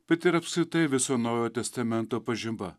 bet ir apskritai viso naujojo testamento pažiba